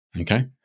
Okay